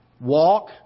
Walk